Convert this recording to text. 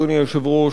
אדוני היושב-ראש,